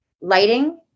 lighting